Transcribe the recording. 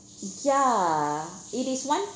ya it is one